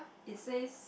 it says